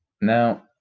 Now